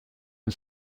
and